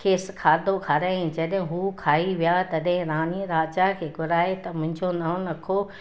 खेसि खाधो खारायाईं जॾहिं हू खाई विया तॾहिं राणीअ राजा खे घुराए त मुंहिंजो नओं लखो हार